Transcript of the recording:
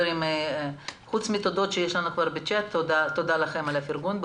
חוץ מתודות שכתובות בצ'ט תודה לכם על הפרגון,